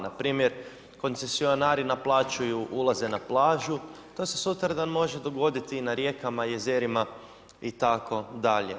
Npr. koncesionari naplaćuju ulaze na plažu, to se sutra može dogoditi i na rijekama i jezerima itd.